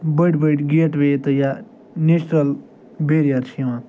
بٔڑۍ بٔڑۍ گیٹوے تہٕ یا نیچرَل بیریَر چھِ یِوان